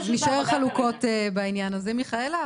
אז נישאר חלוקות בעניין הזה מיכאלה,